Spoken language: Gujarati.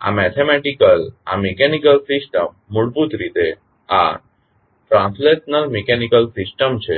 હવે આ મેથેમેટીકલ આ મિકેનીકલ સિસ્ટમ મૂળભૂત રીતે આ ટ્રાંસલેશનલ મિકેનિકલ સિસ્ટમ છે